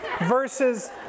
versus